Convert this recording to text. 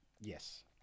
yes